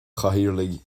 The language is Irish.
chathaoirligh